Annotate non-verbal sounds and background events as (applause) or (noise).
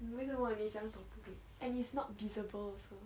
你为什么你这样懂 (noise) and he's not visible also